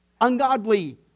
ungodly